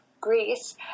Greece